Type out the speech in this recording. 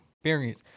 experience